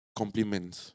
compliments